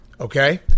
okay